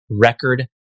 record